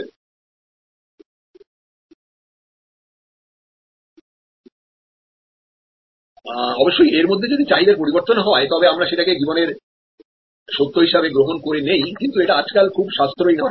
সুতরাং অবশ্যই এর মধ্যে যদি চাহিদার পরিবর্তন হয় তবে আমরা সেটাকে জীবনের সত্য হিসাবে গ্রহণ করে নেই কিন্তু এটি আজকাল খুব সাশ্রয়ী নয়